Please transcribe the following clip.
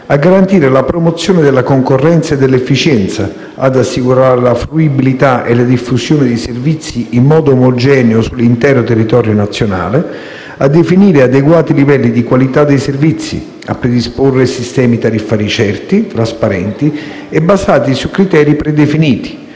a garantire la promozione della concorrenza e dell'efficienza; ad assicurare la fruibilità e la diffusione dei servizi in modo omogeneo sull'intero territorio nazionale; a definire adeguati livelli di qualità dei servizi; a predisporre sistemi tariffari certi, trasparenti e basati su criteri predefiniti,